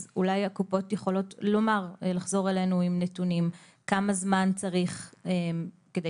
אז אולי הקופות יכולות לחזור אלינו עם נתונים כמה זמן צריך כדי